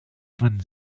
von